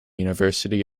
university